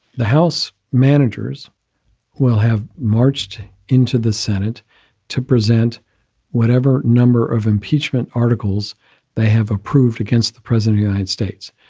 the house managers will have marched into the senate to present whatever number of impeachment articles they have approved against the president, united states.